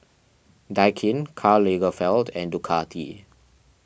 Daikin Karl Lagerfeld and Ducati